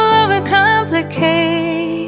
overcomplicate